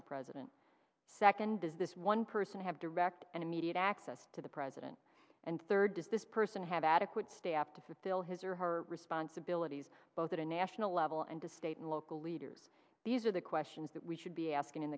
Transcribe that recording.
the president second does this one person have direct and immediate access to the president and third does this person have adequate staff to fulfill his or her responsibilities both at a national level and to state and local leaders these are the questions that we should be asking in